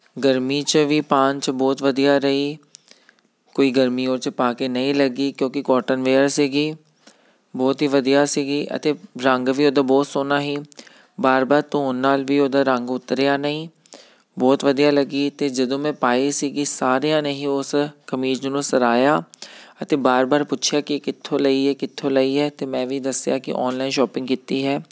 ਗਰਮੀ 'ਚ ਵੀ ਪਾਉਣ 'ਚ ਬਹੁਤ ਵਧੀਆ ਰਹੀ ਕੋਈ ਗਰਮੀ ਉਹ 'ਚ ਪਾ ਕੇ ਨਹੀਂ ਲੱਗੀ ਕਿਉਂਕਿ ਕੋਟਨ ਮੇਅਰ ਸੀਗੀ ਬਹੁਤ ਹੀ ਵਧੀਆ ਸੀਗੀ ਅਤੇ ਰੰਗ ਵੀ ਉਹਦਾ ਬਹੁਤ ਸੋਹਣਾ ਸੀ ਵਾਰ ਵਾਰ ਧੋਣ ਨਾਲ ਵੀ ਉਹਦਾ ਰੰਗ ਉਤਰਿਆ ਨਹੀਂ ਬਹੁਤ ਵਧੀਆ ਲੱਗੀ ਅਤੇ ਜਦੋਂ ਮੈਂ ਪਾਈ ਸੀਗੀ ਸਾਰਿਆਂ ਨੇ ਹੀ ਉਸ ਕਮੀਜ਼ ਨੂੰ ਸਰਹਾਇਆ ਅਤੇ ਵਾਰ ਵਾਰ ਪੁੱਛਿਆ ਕਿ ਕਿੱਥੋਂ ਲਈ ਹੈ ਕਿੱਥੋਂ ਲਈ ਹੈ ਅਤੇ ਮੈਂ ਵੀ ਦੱਸਿਆ ਕਿ ਔਨਲਾਈਨ ਸ਼ੋਪਿੰਗ ਕੀਤੀ ਹੈ